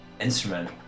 instrument